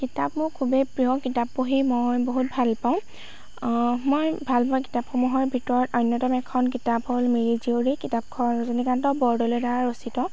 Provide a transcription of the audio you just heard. কিতাপ মোৰ খুবেই প্ৰিয় কিতাপ পঢ়ি মই বহুত ভাল পাওঁ মই ভাল পোৱা কিতাপসমূহৰ ভিতৰত অন্য়তম এখন কিতাপ হ'ল মিৰি জীয়ৰী কিতাপখন ৰজনীকান্ত বৰদলৈৰ দ্বাৰা ৰচিত